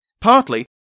Partly